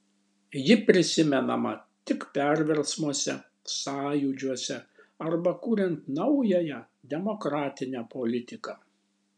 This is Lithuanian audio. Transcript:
ji prisimenama tik perversmuose sąjūdžiuose arba kuriant naująją demokratinę politiką